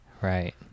right